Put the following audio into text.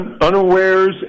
Unawares